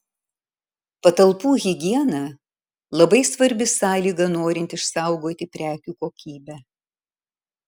patalpų higiena labai svarbi sąlyga norint išsaugoti prekių kokybę